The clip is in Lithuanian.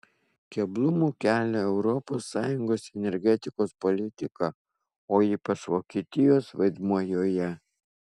keblumų kelia europos sąjungos energetikos politika o ypač vokietijos vaidmuo joje